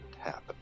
happen